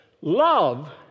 Love